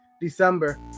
December